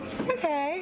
okay